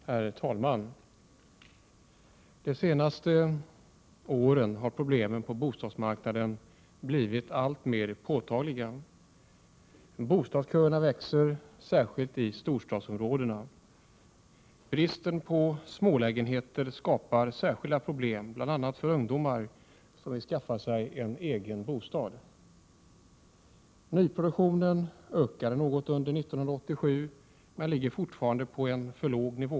Herr talman! De senaste åren har problemen på bostadsmarknaden blivit alltmer påtagliga: Oo Bostadsköerna växer, särskilt i storstadsområdena. Oo Bristen på smålägenheter skapar särskilda problem bl.a. för ungdomar som vill skaffa sig en egen bostad. Oo Nyproduktionen ökade något under 1987 men ligger fortfarande på en för låg nivå.